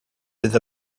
bydd